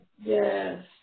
Yes